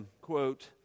quote